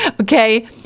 okay